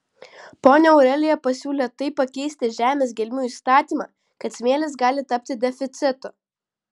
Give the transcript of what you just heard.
ponia aurelija pasiūlė taip pakeisti žemės gelmių įstatymą kad smėlis gali tapti deficitu